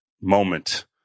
moment